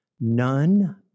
none